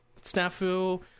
SNAFU